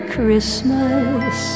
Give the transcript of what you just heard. Christmas